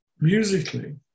musically